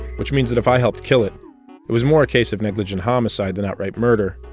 which means that if i helped kill it, it was more a case of negligent homicide than outright murder.